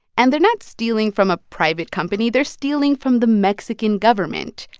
and they're not stealing from a private company. they're stealing from the mexican government,